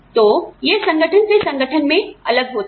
तो और फिर यह संगठन से संगठन में अलग होता है